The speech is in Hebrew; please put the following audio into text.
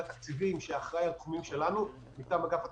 מי שאחראי על התחומים שלנו מטעם אגף התקציבים,